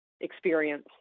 experience